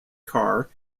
car